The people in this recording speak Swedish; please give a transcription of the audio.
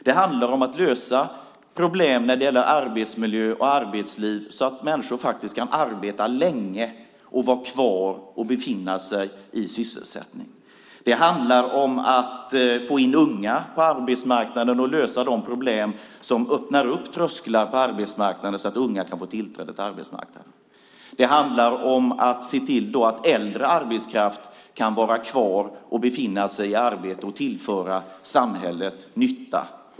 Det handlar om att lösa problem när det gäller arbetsmiljö och arbetsliv så att människor faktiskt kan arbeta länge och vara kvar i sysselsättning. Det handlar om att få in unga på arbetsmarknaden och lösa problem och ta bort trösklar på arbetsmarknaden så att unga kan få tillträde till den. Det handlar om att se till att äldre arbetskraft kan vara kvar i arbete och tillföra samhället nytta.